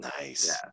nice